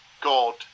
God